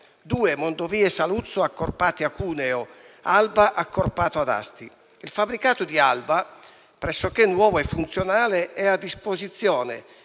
due a Mondovì e Saluzzo accorpati a Cuneo ed Alba accorpato ad Asti. Il fabbricato di Alba, pressoché nuovo e funzionale, è a disposizione,